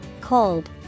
Cold